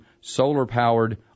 solar-powered